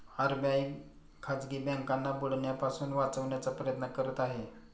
RBI खाजगी बँकांना बुडण्यापासून वाचवण्याचा प्रयत्न करत आहे